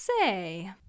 Say